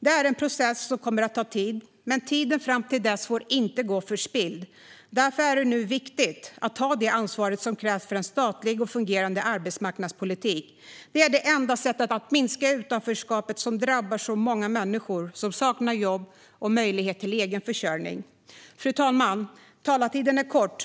Det är en process som kommer att ta tid, men tiden fram till dess får inte gå förspilld. Därför är det nu viktigt att ta det ansvar som krävs för en fungerande statlig arbetsmarknadspolitik. Det är det enda sättet att minska det utanförskap som drabbar så många människor som saknar jobb och möjlighet till egen försörjning. Fru talman! Talartiden är kort.